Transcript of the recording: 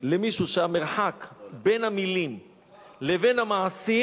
למישהו שהמרחק בין המלים לבין המעשים